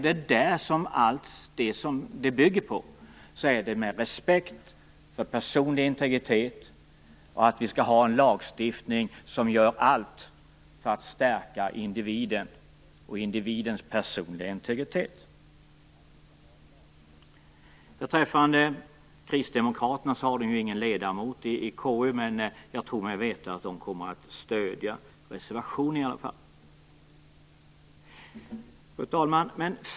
Den här motionen bygger ju på respekt för personlig integritet och på att vi skall ha en lagstiftning som gör allt för att stärka individen och individens personliga integritet. Kristdemokraterna har ju ingen ledamot i KU, men jag tror mig i alla fall veta att de kommer att stödja reservationen. Fru talman!